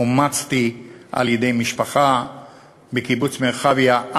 אומצתי על-ידי משפחה בקיבוץ מרחביה.